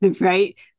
right